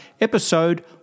episode